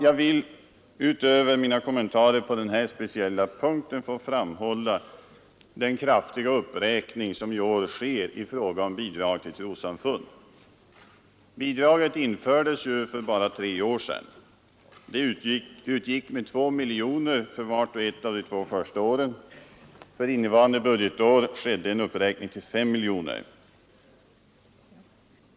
Jag vill utöver mina kommentarer på den här speciella punkten framhålla den kraftiga uppräkning som i år sker i fråga om bidrag till trossamfund. Bidraget infördes ju för bara tre år sedan. Det innevarande budgetår skedde en uppräkning till 5 miljoner kronor.